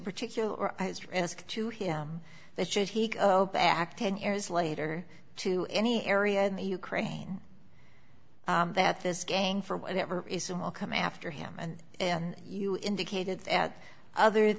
particular risk to him that should he go back ten years later to any area in the ukraine that this gang for whatever is in will come after him and and you indicated at other